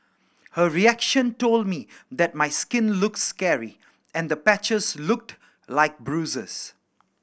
her reaction told me that my skin looks scary and the patches looked like bruises